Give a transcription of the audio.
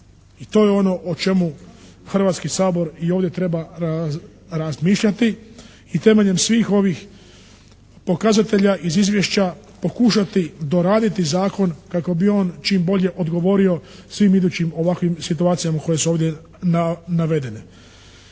i to je ono o čemu Hrvatski sabor i ovdje treba razmišljati. I temeljem svih ovih pokazatelja iz Izvješća pokušati doraditi Zakon kako bi on čim bolje odgovorio svim idućim ovakvim situacijama koje su ovdje navedene.